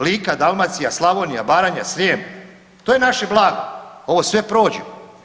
Lika, Dalmacija, Slavonija, Baranja, Srijem, to je naše blago, ovo sve prođe.